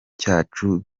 cyacu